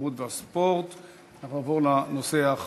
התרבות והספורט נתקבלה.